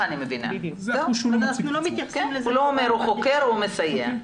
הוא לא אומר אם הוא חוקר או מסייע.